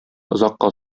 озакка